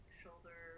shoulder